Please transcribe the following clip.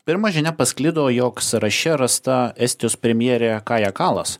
pirma žinia pasklido jog sąraše rasta estijos premjerė kaja kalas